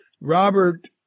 Robert